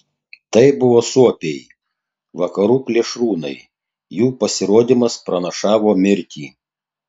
tai buvo suopiai vakarų plėšrūnai jų pasirodymas pranašavo mirtį